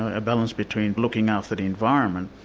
ah a balance between looking after the environment,